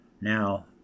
Now